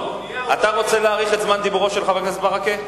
אתה רוצה להאריך את זמן דיבורו של חבר הכנסת ברכה?